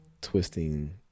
twisting